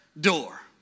door